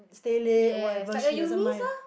stay late or whatever she doesn't mind